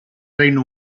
reino